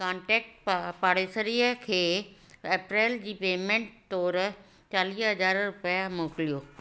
contact पाड़ेसरी खे अप्रैल जी पेमेंट तोरु चालीह हज़ार रुपिया मोकिलियो